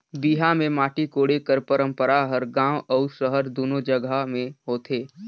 बिहा मे माटी कोड़े कर पंरपरा हर गाँव अउ सहर दूनो जगहा मे होथे